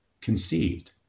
conceived